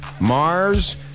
Mars